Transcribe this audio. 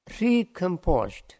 recomposed